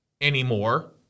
anymore